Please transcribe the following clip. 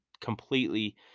completely